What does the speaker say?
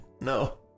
no